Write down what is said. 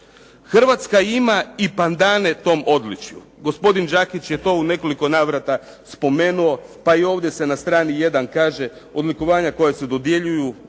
Hrvatska ima i pandane tom odličju. Gospodin Đakić je to u nekoliko navrata spomenuo, pa i ovdje se na strani jedan kaže: "odlikovanja koja se dodjeljuju